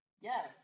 Yes